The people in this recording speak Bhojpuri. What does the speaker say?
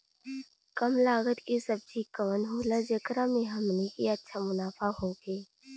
कम लागत के सब्जी कवन होला जेकरा में हमनी के अच्छा मुनाफा होखे?